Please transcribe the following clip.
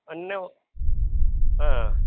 ஒடனே ஆ